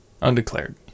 Undeclared